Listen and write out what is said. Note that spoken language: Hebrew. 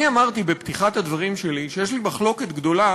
אני אמרתי בפתיחת הדברים שלי שיש לי מחלוקת גדולה